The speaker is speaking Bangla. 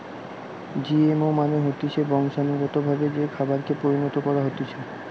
জিএমও মানে হতিছে বংশানুগতভাবে যে খাবারকে পরিণত করা হতিছে